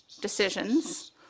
decisions